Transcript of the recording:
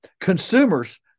consumers